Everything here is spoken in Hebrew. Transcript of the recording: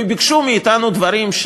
וביקשו מאתנו דברים,